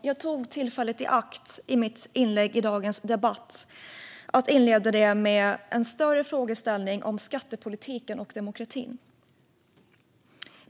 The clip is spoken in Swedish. Jag tog tillfället i akt att inleda mitt inlägg i dagens debatt med en större frågeställning om skattepolitiken och demokratin.